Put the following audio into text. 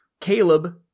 Caleb